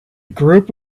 group